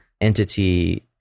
entity